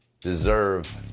deserve